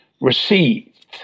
received